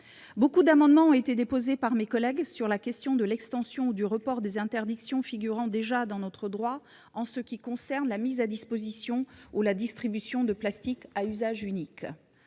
Beaucoup d'amendements ont été déposés par divers collègues sur la question de l'extension ou du report des interdictions figurant déjà dans notre droit en ce qui concerne la mise à disposition ou la distribution d'objets en plastique à usage unique.